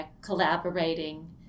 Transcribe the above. collaborating